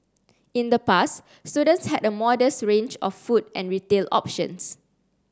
in the past students had a modest range of food and retail options